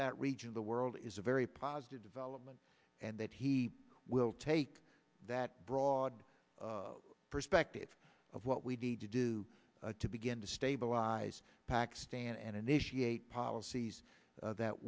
that region of the world is a very positive development and that he will take that broad perspective of what we need to do to begin to stabilize pakistan and initiate policy these that